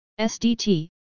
SDT